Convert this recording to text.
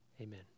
Amen